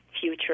future